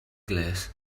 glass